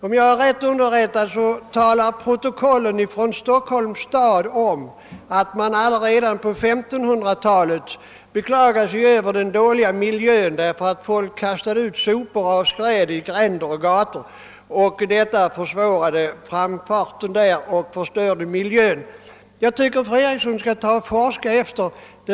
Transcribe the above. Om jag inte har fel, talar Stockholms stads protokoll om att man här i staden redan på 1500-talet beklagade sig över den dåliga miljön; människor kastade ut sopor och skräp i gränder och på gator, vilket försvårade trafiken och förstörde miljön. Jag tycker att fru Eriksson skall forska litet i den saken.